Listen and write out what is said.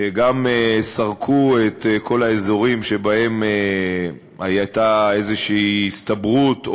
שגם סרקו את כל האזורים שבהם הייתה איזו הסתברות,